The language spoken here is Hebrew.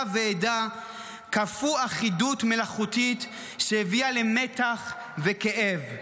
ועדה כפו אחידות מלאכותית שהביאה למתח וכאב.